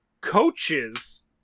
coaches